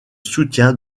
soutien